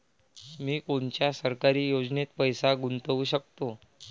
मी कोनच्या सरकारी योजनेत पैसा गुतवू शकतो?